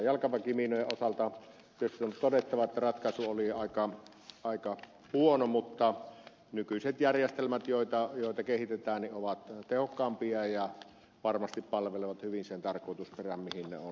jalkaväkimiinojen osalta nyt on todettava että ratkaisu oli aika huono mutta nykyiset järjestelmät joita kehitetään ovat tehokkaampia ja varmasti palvelevat hyvin sitä tarkoitusperää mihin ne on tarkoitettu